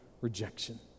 rejection